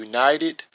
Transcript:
United